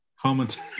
comment